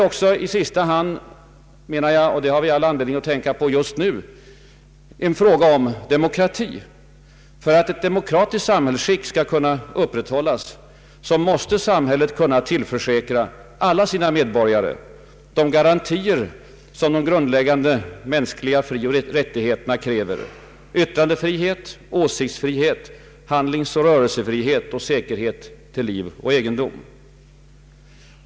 I sista hand är det också — och det har vi all anledning att tänka på just nu — en fråga om demokrati. För att ett demokratiskt samhällsskick skall kunna upprätthållas måste samhället kunna tillförsäkra alla sina medborgare de garantier som de grundläggande mänskliga frioch rättigheterna kräver: yttrandefrihet, åsiktsfrihet, handlingsoch rörelsefrihet och säkerhet till liv och egendom.